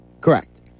Correct